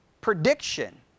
prediction